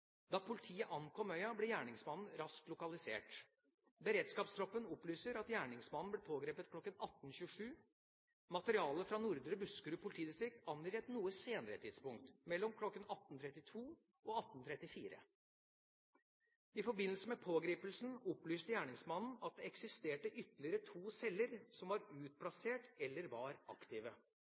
Da politiet ankom øya, ble gjerningsmannen raskt lokalisert. Beredskapstroppen opplyser at gjerningsmannen ble pågrepet kl. 18.27. Materialet fra Nordre Buskerud politidistrikt angir et noe senere tidspunkt, mellom kl. 18.32 og kl. 18.34. I forbindelse med pågripelsen opplyste gjerningsmannen at det eksisterte ytterligere to celler som var utplassert eller var aktive.